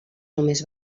només